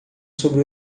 sobre